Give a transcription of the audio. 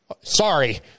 Sorry